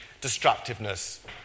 destructiveness